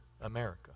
America